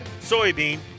soybean